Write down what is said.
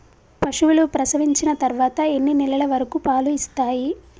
పశువులు ప్రసవించిన తర్వాత ఎన్ని నెలల వరకు పాలు ఇస్తాయి?